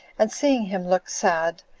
and seeing him look sad,